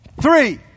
Three